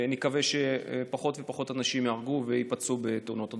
ונקווה שפחות ופחות אנשים ייהרגו וייפצעו בתאונות הדרכים.